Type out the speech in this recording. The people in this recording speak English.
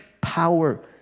power